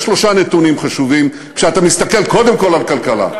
יש שלושה נתונים חשובים כשאתה מסתכל קודם כול על כלכלה,